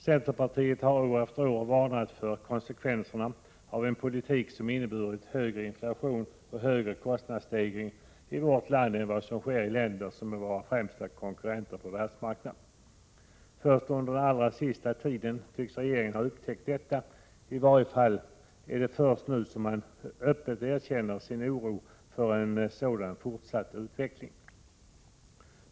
Centerpartiet har år efter år varnat för konsekvenserna av en politik som inneburit högre inflation och större kostnadsstegringar i vårt land än i de länder som är våra främsta konkurrenter på världsmarknaden. Först under den allra senaste tiden tycks regeringen ha upptäckt detta, i varje fall är det först nu som man öppet erkänner sin oro för en sådan fortsatt utveckling.